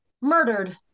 murdered